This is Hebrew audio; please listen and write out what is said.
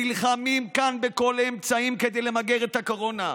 נלחמים פה בכל האמצעים כדי למגר את הקורונה,